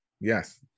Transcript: Yes